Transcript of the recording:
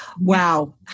Wow